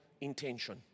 intention